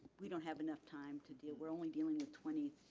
we don't have enough time to deal, we're only dealing with twenty.